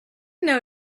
know